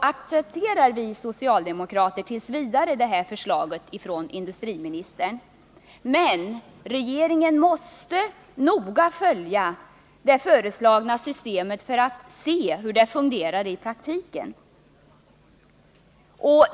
accepterar vi socialdemokrater t. v. detta förslag från industriministern. Men regeringen måste noga följa hur det föreslagna systemet fungerar i praktiken.